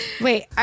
wait